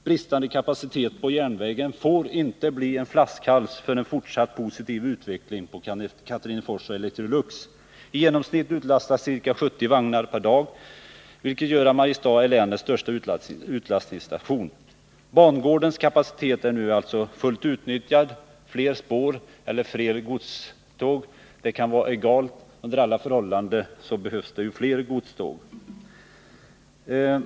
Bristande kapacitet på järnvägen får inte bli en flaskhals för en fortsatt positiv utveckling på Katrinefors och Electrolux. I genomsnitt utlastas ca 70 vagnar/dag, vilket gör att Mariestad är länets största utlastningsstation. Bangårdens kapacitet är nu fullt utnyttjad. Fler spår eller fler tåg är väl egalt. Under alla förhållanden behövs fler tåg.